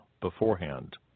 beforehand